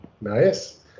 nice